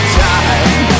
time